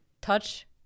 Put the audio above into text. touch